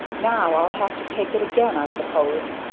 now i'll have to take it again i suppose.